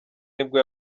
nibwo